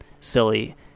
silly